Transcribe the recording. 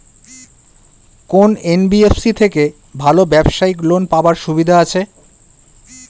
কোন এন.বি.এফ.সি থেকে ভালো ব্যবসায়িক লোন পাওয়ার সুবিধা আছে?